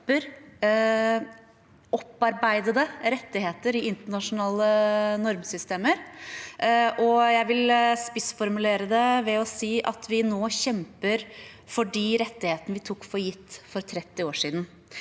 opparbeidede rettigheter i internasjonale normsystemer. Jeg vil spissformulere det ved å si at vi nå kjemper for de rettighetene vi tok for gitt for 30 år siden.